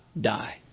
die